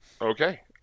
Okay